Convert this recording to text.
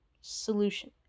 solution